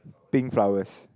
pink flowers